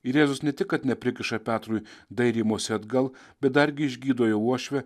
ir jėzus ne tik kad neprikiša petrui dairymosi atgal bet dargi išgydo jo uošvę